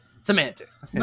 semantics